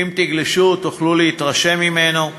ואם תגלשו תוכלו להתרשם ממנו,